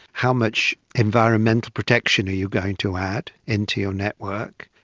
how much environmental protection are you going to add into your network?